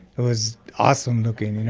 it was awesome looking, you know?